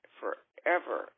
forever